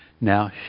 now